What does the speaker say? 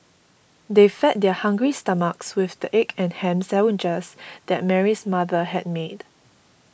they fed their hungry stomachs with the egg and ham sandwiches that Mary's mother had made